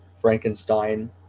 Frankenstein